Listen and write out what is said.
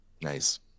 Nice